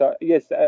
Yes